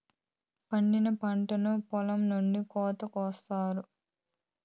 పండిన పంటను పొలం నుండి కోత కొత్తారు